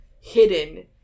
hidden